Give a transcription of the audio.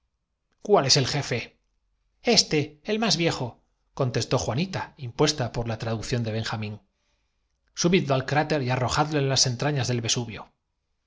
cuál es el jefe éste el más viejocontestó juanita impuesta por la traducción de benjamín subidlo al cráter y arrojadlo en las entrañas del vesubio